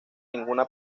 ninguna